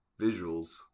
visuals